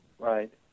Right